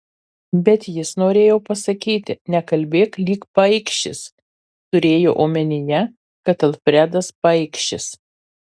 bet jis norėjo pasakyti nekalbėk lyg paikšis turėjo omenyje kad alfredas paikšis